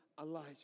Elijah